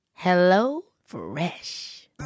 HelloFresh